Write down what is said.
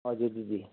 हजुर दिदी